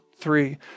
three